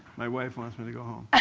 my wife wants me to go home.